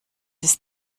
ist